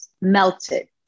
melted